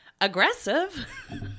aggressive